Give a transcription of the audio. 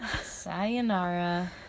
Sayonara